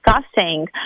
discussing